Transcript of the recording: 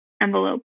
envelope